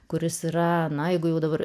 kuris yra na jeigu jau dabar